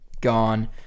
Gone